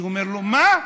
אני אומר לו: מה?